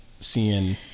seeing